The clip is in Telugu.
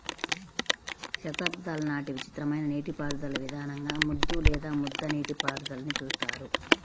శతాబ్దాల నాటి విచిత్రమైన నీటిపారుదల విధానంగా ముద్దు లేదా ముద్ద నీటిపారుదలని చూస్తారు